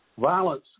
Violence